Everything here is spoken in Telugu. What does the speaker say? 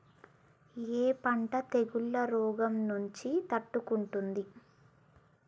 ఏ పంట తెగుళ్ల రోగం నుంచి తట్టుకుంటుంది?